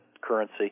currency